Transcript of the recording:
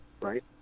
Right